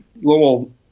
little